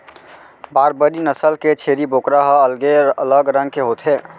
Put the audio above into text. बारबरी नसल के छेरी बोकरा ह अलगे अलग रंग के होथे